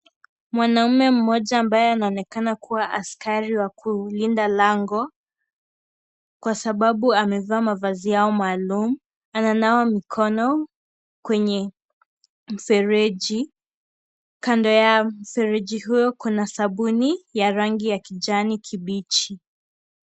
Mwanaume mmoja ambaye anaonekana kuwa askari wa kulinda lango, kwa sababu amevaa mavazi yao maalum. Ananawa mikono kwenye mfereji. Kando ya mfereji hiyo kuna sabuni ya rangi ya kijani kibichi.